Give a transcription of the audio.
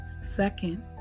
second